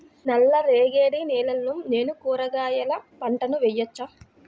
నల్ల రేగడి నేలలో నేను కూరగాయల పంటను వేయచ్చా?